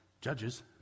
Judges